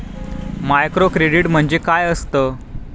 Microcredit म्हणजे काय असतं?